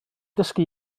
dysgu